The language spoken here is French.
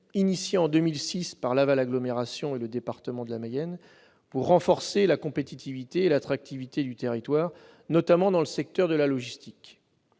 lancé en 2006 par Laval agglomération et par le département de la Mayenne, afin de renforcer la compétitivité et l'attractivité du territoire, notamment dans le secteur de la logistique.